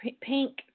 pink